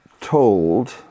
told